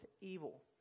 evil